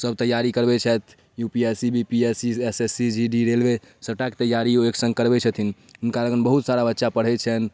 सब तैआरी करबै छथि U P S C B P S C S S C G D railway सबटाके तैआरी ओ एकसङ्ग करबै छथिन हुनका लग बहुत सारा बच्चा पढ़ै छनि